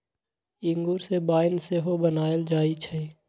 इंगूर से वाइन सेहो बनायल जाइ छइ